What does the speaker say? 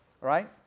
Right